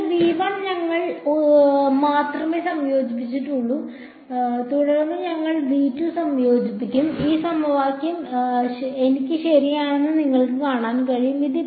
അതിനാൽ ഞങ്ങൾ ന് മാത്രമേ സംയോജിപ്പിച്ചുള്ളൂ തുടർന്ന് ഞങ്ങൾ സംയോജിപ്പിക്കും ഈ സമവാക്യം എനിക്ക് ശരിയാണെന്ന് നിങ്ങൾക്ക് കാണാൻ കഴിയും